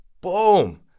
boom